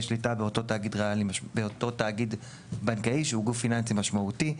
שליטה באותו תאגיד בנקאי שהוא גוף פיננסי משמעותי.